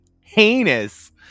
heinous